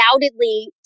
undoubtedly